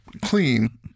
clean